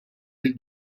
lill